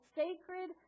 sacred